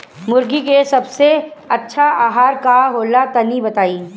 मुर्गी के सबसे अच्छा आहार का होला तनी बताई?